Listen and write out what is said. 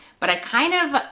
but i kind of,